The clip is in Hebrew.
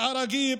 אל-עראקיב,